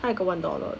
I got one dollar